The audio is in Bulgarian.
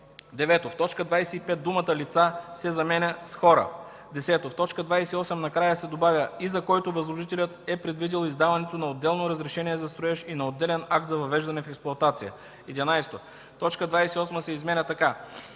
9. В т. 25 думата „лица” се заменя с „хора”. 10. В т. 28 накрая се добавя: „и за който възложителят е предвидил издаването на отделно разрешение за строеж и на отделен акт за въвеждане в експлоатация”. 11. Точка 28а се изменя така: